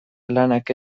lanak